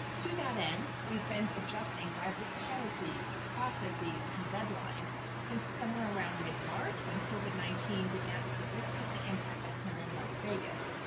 to that end, we've been adjusting graduate policies, processes and deadlines since somewhere around mid march when covid nineteen began to significantly impact us here in las vegas.